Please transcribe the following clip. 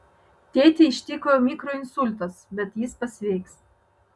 tėtį ištiko mikroinsultas bet jis pasveiks